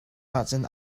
ahcun